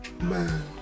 Man